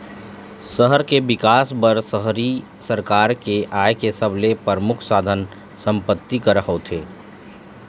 सहर के बिकास बर शहरी सरकार के आय के सबले परमुख साधन संपत्ति कर होथे